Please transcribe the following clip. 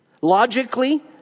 Logically